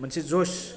मोनसे जस